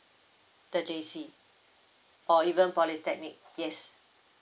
the J_C or even polytechnic yes